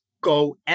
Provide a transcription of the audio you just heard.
go